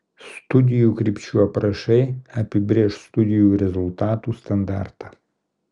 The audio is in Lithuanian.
studijų krypčių aprašai apibrėš studijų rezultatų standartą